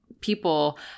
people